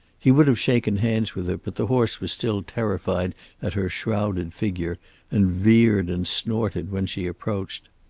he would have shaken hands with her, but the horse was still terrified at her shrouded figure and veered and snorted when she approached.